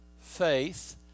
faith